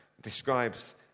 describes